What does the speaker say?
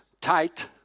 tight